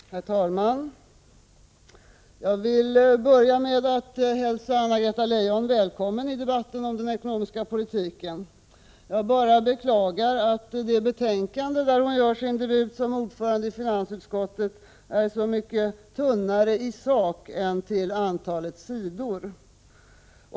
Herr talman! Jag vill börja med att hälsa Anna-Greta Leijon välkommen i debatten om den ekonomiska politiken. Jag bara beklagar att det betänkande där hon gör sin debut som ordförande i finansutskottet är så mycket tunnare i sak än till antalet sidor.